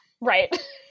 right